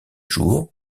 jour